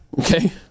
Okay